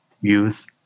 use